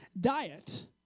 diet